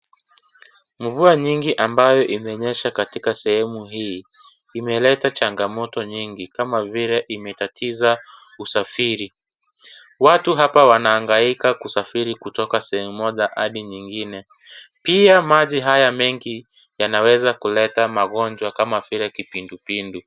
Mvua nyingi ambayo imenyesha katika sehemu hii, imeleta changamoto nyingi kama vile imetatiza usafiri. Watu hapa wanahangaika kusafiri kutoka sehemu moja hadi nyingine. Pia maji haya mengi yanaweza kuleta magonjwa kama vile kipindu pindu.